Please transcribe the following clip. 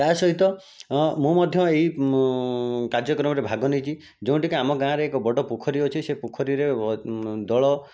ତା' ସହିତ ମୁଁ ମଧ୍ୟ ଏଇ କାର୍ଯ୍ୟକ୍ରମରେ ଭାଗ ନେଇଛି ଯେଉଁଠିକି ଆମ ଗାଁରେ ଏକ ବଡ଼ ପୋଖରୀ ଅଛି ସେହି ପୋଖରୀରେ ଦଳ